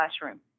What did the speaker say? classroom